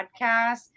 podcast